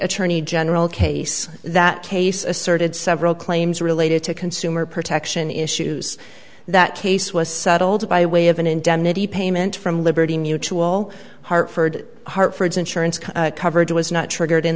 attorney general case that case asserted several claims related to consumer protection issues that case was settled by way of an indemnity payment from liberty mutual hartford hartford's insurance coverage was not triggered in